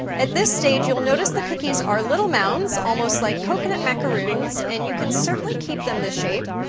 at this stage, you'll notice the cookies are little mounds, almost like coconut macaroons, and you can certainly keep them this shape,